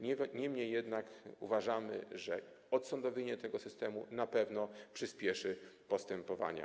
Niemniej jednak uważamy, że odsądowienie tego systemu na pewno przyspieszy postępowania.